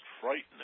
frightening